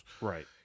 Right